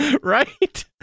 Right